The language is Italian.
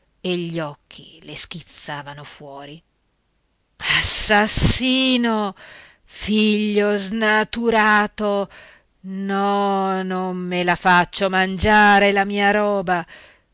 e gli occhi le schizzavano fuori assassino figlio snaturato no non me la faccio mangiare la mia roba